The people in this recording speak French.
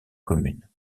commune